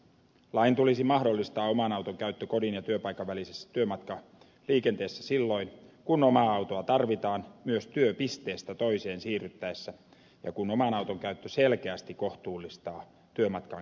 lain tulisi mahdollistaa oman auton käyttö kodin ja työpaikan välisessä työmatkaliikenteessä silloin kun omaa autoa tarvitaan myös työpisteestä toiseen siirryttäessä ja kun oman auton käyttö selkeästi kohtuullistaa työmatkaan käytettyä aikaa